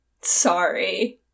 Sorry